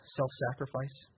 self-sacrifice